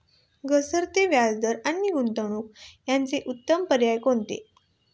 घसरते व्याजदर आणि गुंतवणूक याचे उत्तम पर्याय कोणते?